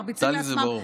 מרביצים לעצמם,